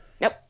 Nope